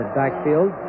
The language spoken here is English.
backfield